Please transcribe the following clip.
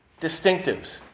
distinctives